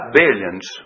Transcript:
billions